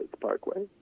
Parkway